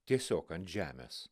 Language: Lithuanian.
tiesiog ant žemės